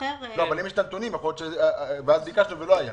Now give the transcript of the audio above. אבל אם יש את הנתונים, ואז ביקשנו ולא היה,